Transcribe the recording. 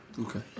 Okay